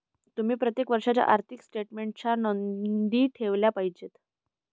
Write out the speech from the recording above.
तुम्ही प्रत्येक वर्षाच्या आर्थिक स्टेटमेन्टच्या नोंदी ठेवल्या पाहिजेत